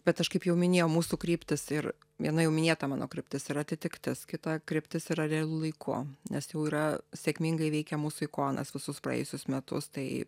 bet aš kaip jau minėjau mūsų kryptys ir viena jau minėta mano kryptis ir atitiktis kita kryptis yra realiu laiku nes jau yra sėkmingai veikia mūsų ikonas visus praėjusius metus tai